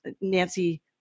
Nancy